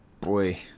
boy